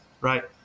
right